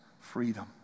freedom